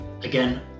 again